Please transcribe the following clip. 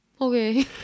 Okay